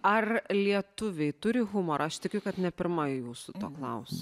ar lietuviai turi humorą aš tikiu kad ne pirma jūsų to klausiu